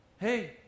Hey